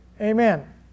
amen